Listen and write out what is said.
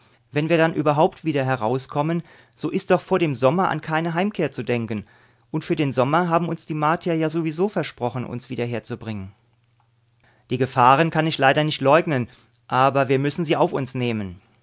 wenn wir dann überhaupt wieder herauskommen so ist doch vor dem sommer an keine heimkehr zu denken und für den sommer haben uns die martier ja sowieso versprochen uns wieder herzubringen die gefahren kann ich leider nicht leugnen aber wir müssen sie auf uns nehmen